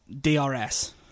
DRS